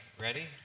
ready